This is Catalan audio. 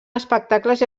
espectacles